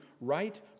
right